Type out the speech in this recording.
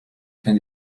fin